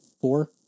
four